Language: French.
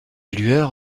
lueur